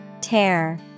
Tear